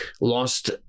lost